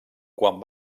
quan